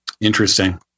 Interesting